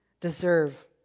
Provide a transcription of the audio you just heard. deserve